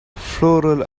floral